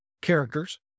characters